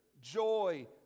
joy